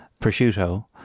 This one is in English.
prosciutto